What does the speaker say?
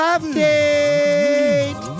Update